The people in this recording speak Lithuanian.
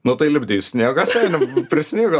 nu tai lipdys sniego senium prisnigo